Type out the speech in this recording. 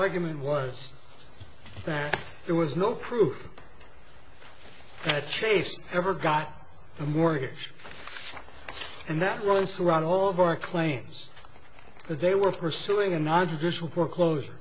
argument was that there was no proof that chase ever got the mortgage and that runs through all of our claims that they were pursuing a nontraditional foreclos